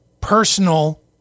personal